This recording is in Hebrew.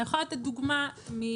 אני יכולה לתת דוגמא מעיצומים,